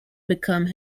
become